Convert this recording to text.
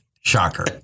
Shocker